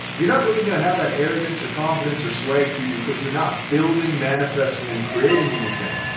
you're not really going to have that arrogance or confidence or swag to you because you're not building manifesting and creating anything.